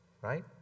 right